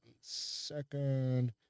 second